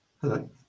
Hello